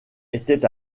était